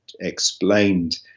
explained